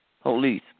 police